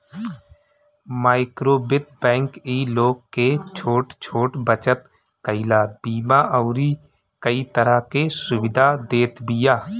माइक्रोवित्त बैंक इ लोग के छोट छोट बचत कईला, बीमा अउरी कई तरह के सुविधा देत बिया